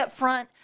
upfront